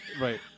right